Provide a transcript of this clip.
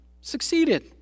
succeeded